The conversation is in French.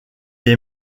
est